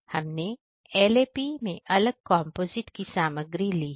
हमने LAP का उपयोग किया है